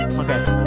okay